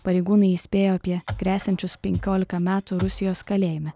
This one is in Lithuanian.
pareigūnai įspėjo apie gresiančius penkiolika metų rusijos kalėjime